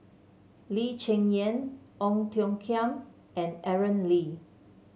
Lee Cheng Yan Ong Tiong Khiam and Aaron Lee